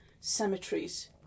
cemeteries